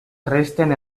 resten